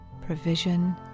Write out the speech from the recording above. provision